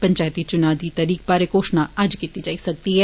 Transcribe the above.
पंचैती चुनाएं दिएं तरीके बारै घोषणा अज्ज कीती जाई सकदी ऐ